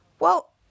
Well